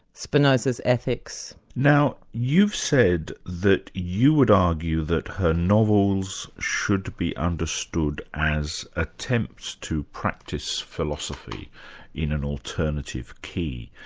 spinoza's ethics. now you said that you would argue that her novels should be understood as attempts to practice philosophy in an alternative key.